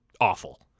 awful